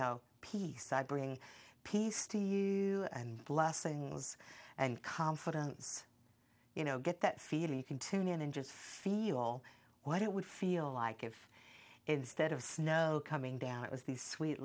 know peace i bring peace to you and blessings and confidence you know get that feeling you can tune in and just feel what it would feel like if instead of snow coming down it was these sweet